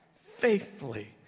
faithfully